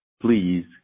please